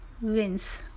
wins